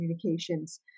communications